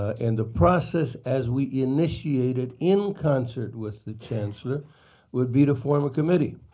and the process as we initiate it in concert with the chancellor would be to form a committee.